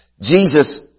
Jesus